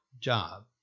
job